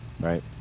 right